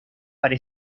para